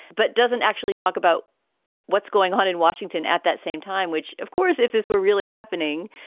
but doesn't actually talk about what's going on in washington at that same time, which, of course, if this were really happening,